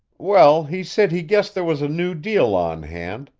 well, he said he guessed there was a new deal on hand,